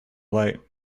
late